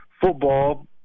football